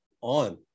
on